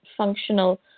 Functional